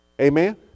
Amen